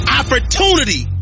opportunity